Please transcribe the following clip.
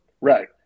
Right